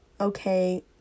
okay